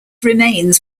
remains